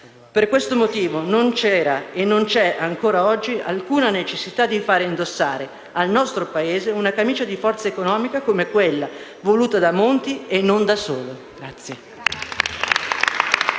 Per questo motivo non c'era e non c'è ancora oggi alcuna necessità di far indossare al nostro Paese una camicia di forza economica come quella che è stata voluta da Monti, e non solo da